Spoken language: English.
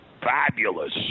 fabulous